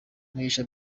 mugisha